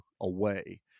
away